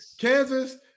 Kansas